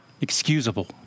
excusable